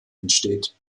entsteht